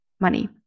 money